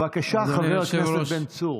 בבקשה, חבר הכנסת בן צור.